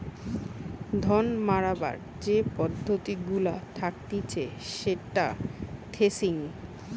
ধান মাড়াবার যে পদ্ধতি গুলা থাকতিছে সেটা থ্রেসিং